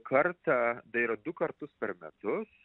kartą tai yra du kartus per metus